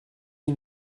you